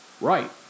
Right